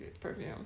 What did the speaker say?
perfume